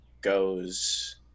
goes